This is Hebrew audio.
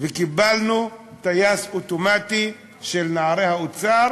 וקיבלנו טייס אוטומטי של נערי האוצר